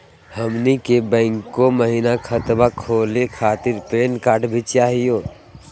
हमनी के बैंको महिना खतवा खोलही खातीर पैन कार्ड भी चाहियो?